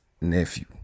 nephew